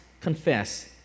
confess